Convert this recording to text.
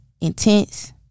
intense